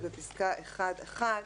בפסקה 1(1)